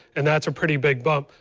and that is a pretty big bump.